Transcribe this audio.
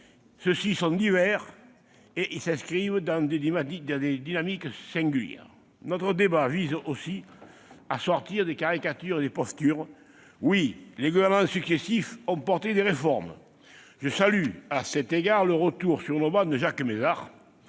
ruraux sont divers et s'inscrivent dans des dynamiques singulières. Notre débat vise également à sortir des caricatures et des postures. Oui, les gouvernements successifs ont mené des réformes. À cet égard, je salue le retour sur nos travées de Jacques Mézard.